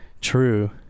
True